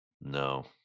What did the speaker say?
no